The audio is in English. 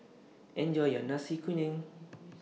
Enjoy your Nasi Kuning